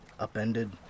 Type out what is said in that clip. upended